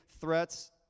threats